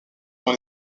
dans